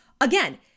again